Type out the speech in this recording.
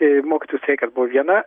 i mokytojų streikas buvo viena